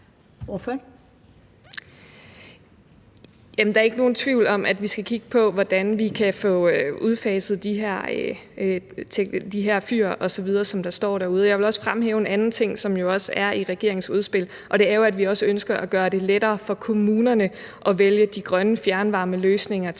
Der er ikke nogen tvivl om, at vi skal kigge på, hvordan vi kan få udfaset de her fyr osv., som der står derude. Jeg vil også fremhæve en anden ting, som også er en del af regeringens udspil, og det er jo, at vi også ønsker at gøre det lettere for kommunerne at vælge de grønne fjernvarmeløsninger til.